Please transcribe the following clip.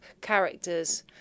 characters